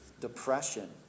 depression